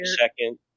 second